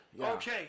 Okay